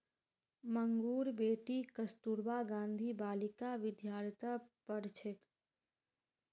मंगूर बेटी कस्तूरबा गांधी बालिका विद्यालयत पढ़ छेक